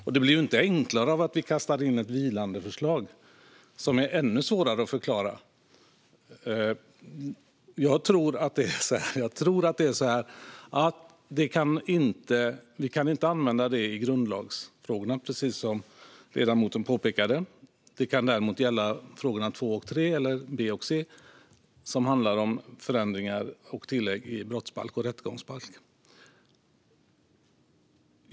Och det blir inte enklare av att vi kastar in ett vilande förslag, som är ännu svårare att förklara. Jag tror inte att vi kan använda det i grundlagsfrågorna, precis som ledamoten påpekade. Det kan däremot gälla frågorna 2 och 3 eller b) och c), som handlar om förändringar och tillägg i brottsbalken och rättegångsbalken.